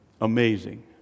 amazing